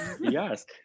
yes